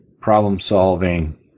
problem-solving